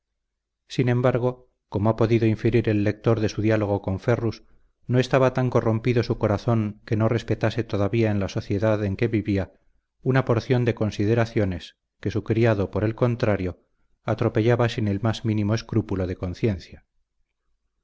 sin embargo como ha podido inferir el lector de su diálogo con ferrus no estaba tan corrompido su corazón que no respetase todavía en la sociedad en que vivía una porción de consideraciones que su criado por el contrario atropellaba sin el más mínimo escrúpulo de conciencia